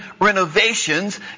renovations